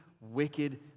wicked